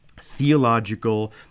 theological